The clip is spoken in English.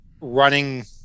running